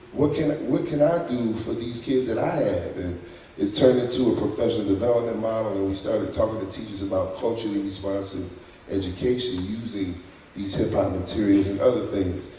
what can what can i do for these kids that i have? it it turned into a professional development model. and we started talking to teachers about culturally responsive education using these hip-hop materials and other things.